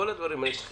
בכל הדברים האלה צריך